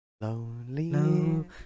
Lonely